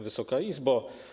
Wysoka Izbo!